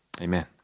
Amen